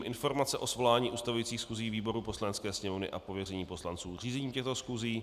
Informace o svolání ustavujících schůzí výborů Poslanecké sněmovny a pověření poslanců řízením těchto schůzí